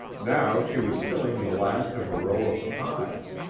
now she was filling the last of a row of pies.